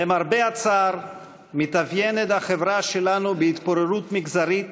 למרבה הצער, החברה שלנו מתאפיינת בהתפוררות מגזרית